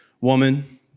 woman